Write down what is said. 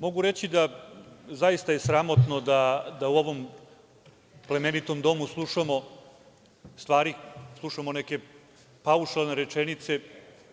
Mogu reći da je zaista sramotno da u ovom plemenitom domu slušamo stvari, slušamo neke paušalne rečenice,